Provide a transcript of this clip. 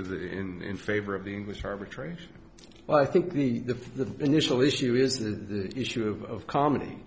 that in favor of the english arbitration i think the the initial issue is the issue of comedy